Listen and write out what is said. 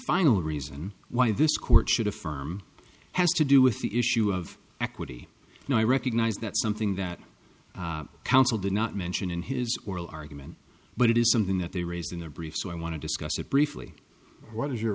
final reason why this court should affirm has to do with the issue of equity and i recognize that something that counsel did not mention in his argument but it is something that they raised in their brief so i want to discuss it briefly what is your